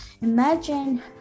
imagine